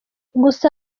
gusa